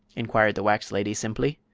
inquired the wax lady, simply.